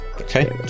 Okay